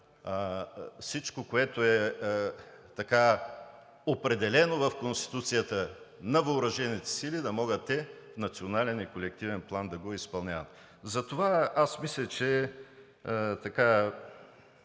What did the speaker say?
всичко, което е определено в Конституцията на въоръжените сили, да могат те в национален и колективен план да го изпълняват. Затова аз мисля, че трябва